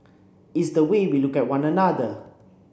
it's the way we look at one another